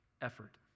effort